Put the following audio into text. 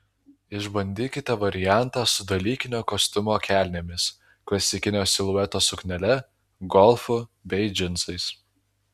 išbandykite variantą su dalykinio kostiumo kelnėmis klasikinio silueto suknele golfu bei džinsais